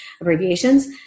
abbreviations